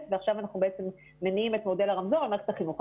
ועכשיו אנחנו בעצם מניעים את מודל הרמזור על מערכת החינוך.